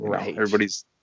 Everybody's